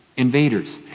invaders.